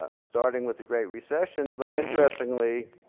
ah starting with the great recession, but interestingly